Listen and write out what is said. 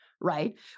right